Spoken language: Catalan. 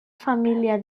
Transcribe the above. família